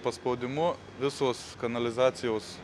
paspaudimu visos kanalizacijos